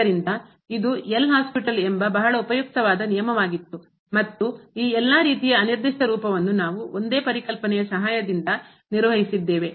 ಆದ್ದರಿಂದ ಇದು L'Hospital ಎಂಬ ಬಹಳ ಉಪಯುಕ್ತವಾದ ನಿಯಮವಾಗಿತ್ತು ಮತ್ತು ಈ ಎಲ್ಲಾ ರೀತಿಯ ಅನಿರ್ದಿಷ್ಟ ರೂಪವನ್ನು ನಾವು ಒಂದೇ ಪರಿಕಲ್ಪನೆಯ ಸಹಾಯದಿಂದ ನಿರ್ವಹಿಸಿದ್ದೇವೆ